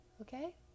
okay